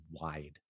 wide